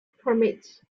permits